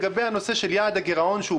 לגבי הנושא של יעד הגירעון,